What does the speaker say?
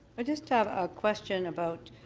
i just have a question about